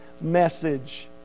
message